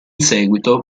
seguito